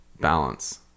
balance